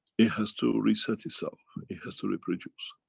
it has to reset itself, it has to reproduce.